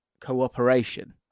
cooperation